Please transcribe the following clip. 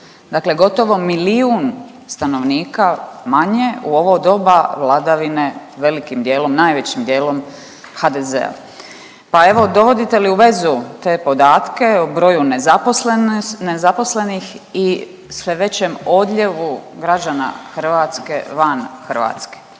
Dakle, gotovo milijun stanovnika manje u ovo doba vladavine velikim dijelom, najvećim dijelom HDZ-a. Pa evo, dovodite li u vezu te podatke o broju nezaposlenih i sve većem odljevu građana Hrvatske van Hrvatske.